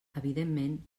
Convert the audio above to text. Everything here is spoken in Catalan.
evidentment